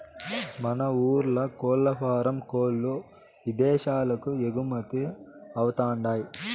మన ఊర్ల కోల్లఫారం కోల్ల్లు ఇదేశాలకు ఎగుమతవతండాయ్